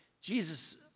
Jesus